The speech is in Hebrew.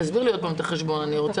תסביר לי עוד פעם את החשבון.